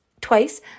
Twice